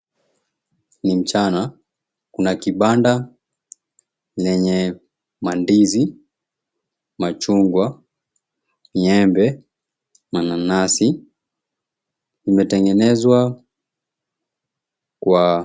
Ni mchana kuna kibanda lenye mandizi, machungwa, maembe, mananasi. Imetengenezwa kwa...